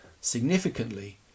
Significantly